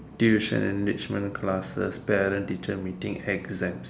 tuition enrichment classes parent teacher meeting exams